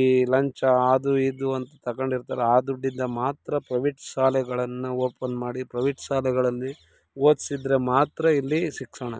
ಈ ಲಂಚ ಅದು ಇದು ಅಂತ ತಗೊಂಡಿರ್ತಾರೊ ಆ ದುಡ್ಡಿಂದ ಮಾತ್ರ ಪ್ರೈವೇಟ್ ಶಾಲೆಗಳನ್ನು ಓಪನ್ ಮಾಡಿ ಪ್ರೈವೇಟ್ ಶಾಲೆಗಳಲ್ಲಿ ಓದಿಸಿದ್ರೆ ಮಾತ್ರ ಇಲ್ಲಿ ಶಿಕ್ಷಣ